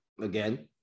again